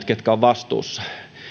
ketkä ovat vastuussa